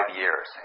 years